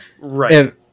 Right